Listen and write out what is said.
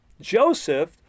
Joseph